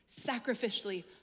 sacrificially